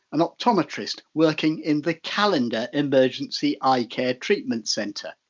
an optometrist working in the callander emergency eyecare treatment centre